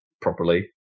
properly